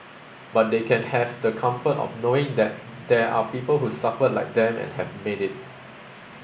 but they can have the comfort of knowing that there are people who suffered like them and have made it